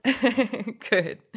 Good